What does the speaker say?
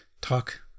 talk